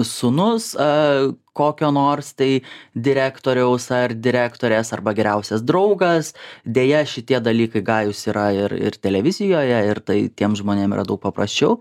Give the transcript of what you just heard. sūnus a kokio nors tai direktoriaus ar direktorės arba geriausias draugas deja šitie dalykai gajūs yra ir ir televizijoje ir tai tiem žmonėm yra daug paprasčiau